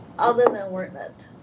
other than wordnet?